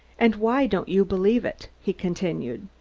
and why don't you believe it? he continued.